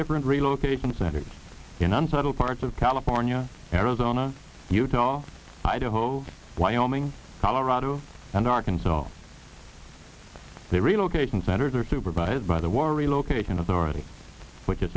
different relocation centers in unsettled parts of california arizona utah idaho wyoming colorado and arkansas all they relocation centers are supervised by the war relocation authority which is